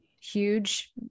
huge